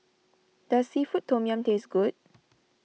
does Seafood Tom Yum taste good